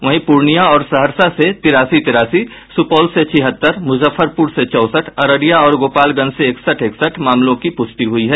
वहीं पूर्णिया और सहरसा से तिरासी तिरासी सुपौल से छिहत्तर मुजफ्फरपुर से चौंसठ अररिया और गोपालगंज से एकसठ एकसठ मामलों की प्रष्टि हुई है